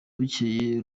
bukeye